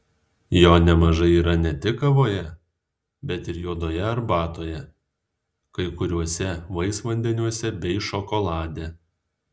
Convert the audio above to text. jo nemažai yra ne tik kavoje bet ir juodoje arbatoje kai kuriuose vaisvandeniuose bei šokolade